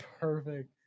Perfect